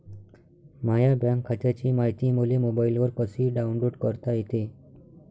माह्या बँक खात्याची मायती मले मोबाईलवर कसी डाऊनलोड करता येते?